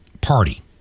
party